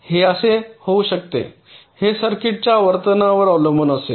हे असे होऊ शकते हे सर्किटच्या वर्तनावर अवलंबून असेल